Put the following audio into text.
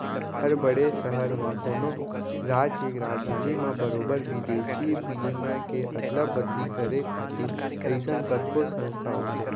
हर बड़े सहर म, कोनो राज के राजधानी म बरोबर बिदेसी बिनिमय के अदला बदली करे खातिर अइसन कतको संस्था होथे